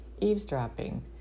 eavesdropping